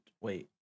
wait